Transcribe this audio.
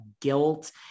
guilt